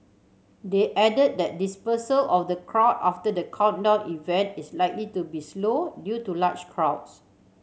they added that dispersal of the crowd after the countdown event is likely to be slow due to large crowds